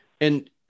And-